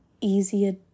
easier